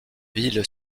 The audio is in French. ville